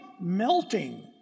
melting